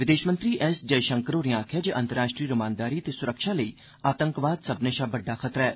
विदेष मंत्री एस जयशंकर होरें आखेआ ऐ जे अंतर्राष्ट्री रमानदारी ते सुरक्षा लेई आतंकवाद सब्भनें शा बड्डा खतरा ऐ